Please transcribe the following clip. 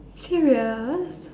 serious